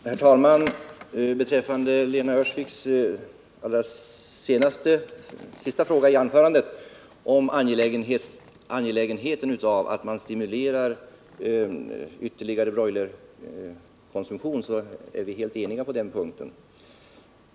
Herr talman! På Lena Öhrsviks allra senaste fråga, om angelägenheten av att man stimulerar till ytterligare broilerkonsumtion, vill jag svara att vi är helt eniga på den punkten.